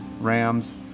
rams